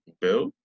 Bill